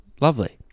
lovely